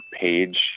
page